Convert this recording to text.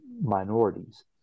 Minorities